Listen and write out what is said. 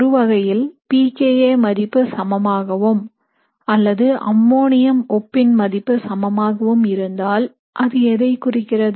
ஒருவகையில் pKa மதிப்பு சமமாகவும் அல்லது அம்மோனியம் உப்பின் மதிப்பு சமமாகவும் இருந்தால் அது எதை குறிக்கிறது